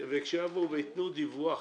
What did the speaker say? כשיבואו וייתנו דיווח,